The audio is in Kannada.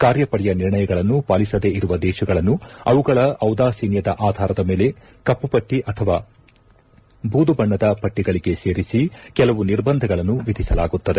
ಕಾರ್ಯಪಡೆಯ ನಿರ್ಣಯಗಳನ್ನು ಪಾಲಿಸದೇ ಇರುವ ದೇಶಗಳನ್ನು ಅವುಗಳ ಔದಾಸೀನ್ಯದ ಆಧಾರದ ಮೇಲೆ ಕಪ್ಪುಪಟ್ಟಿ ಅಥವಾ ಬೂದು ಬಣ್ಣದ ಪಟ್ಟಿಗಳಿಗೆ ಸೇರಿಸಿ ಕೆಲವು ನಿರ್ಬಂಧಗಳನ್ನು ವಿಧಿಸಲಾಗುತ್ತದೆ